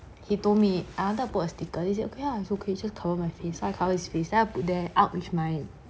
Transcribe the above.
he told me I wanted to put a sticker he says okay lah so just cover my face so I covered his face then I put there out with my